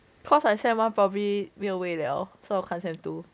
cause I sem one probably 没有位了 so 我看 sem two